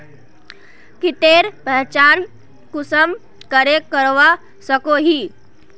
कीटेर पहचान कुंसम करे करवा सको ही?